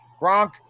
Gronk